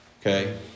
Okay